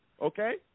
okay